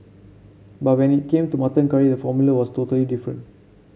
but when it came to mutton curry the formula was totally different